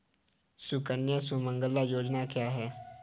सुकन्या सुमंगला योजना क्या है?